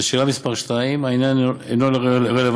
לשאלה מס' 2: העניין אינו רלוונטי,